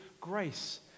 grace